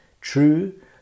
true